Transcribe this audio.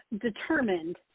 determined